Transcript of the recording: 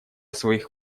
своих